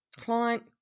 Client